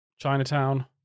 Chinatown